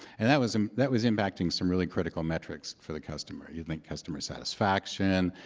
and that was um that was impacting some really critical metrics for the customer. you think customer satisfaction,